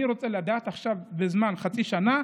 אני רוצה לדעת עכשיו את הנתונים על זמן של חצי שנה.